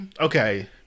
Okay